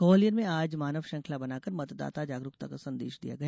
ग्वालियर में आज मानव श्रंखला बनाकर मतदाता जागरूकता का संदेश दिया गया